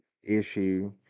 issue